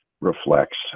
reflects